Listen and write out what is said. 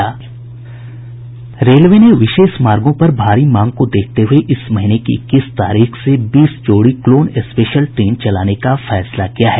railway ने विशेष मार्गो पर भारी मांग को देखते हुये इस महीने की इक्कीस तारीख से बीस जोड़ी क्लोन स्पेशल ट्रेन चलाने का फैसला किया है